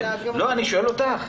אני שואל אותך.